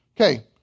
Okay